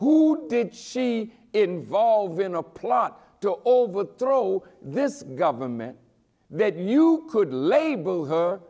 who did she involved in a plot to overthrow this government that you could label h